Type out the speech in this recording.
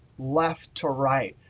left to right.